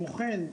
כמו כן,